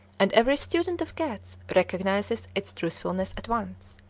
and every student of cats recognizes its truthfulness at once.